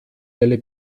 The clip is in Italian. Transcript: nelle